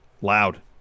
loud